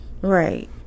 Right